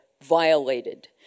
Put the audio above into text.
violated